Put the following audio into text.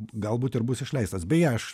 galbūt ir bus išleistas beje aš